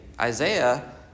Isaiah